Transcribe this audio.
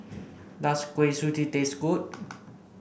does Kuih Suji taste good